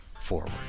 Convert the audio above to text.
forward